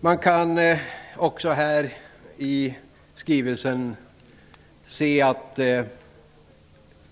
I skrivelsen kan man också se att